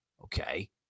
Okay